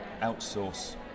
outsource